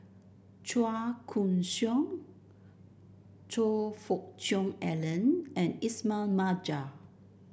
Chua Koon Siong Choe Fook Cheong Alan and Ismail Marjan